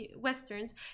Westerns